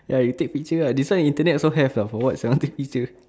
ya you take picture ah this one internet also have ah for what sia take picture